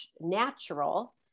natural